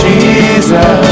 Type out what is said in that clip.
Jesus